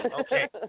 okay